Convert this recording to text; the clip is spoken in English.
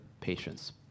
patients